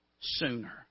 Sooner